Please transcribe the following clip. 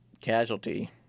casualty